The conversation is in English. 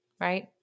right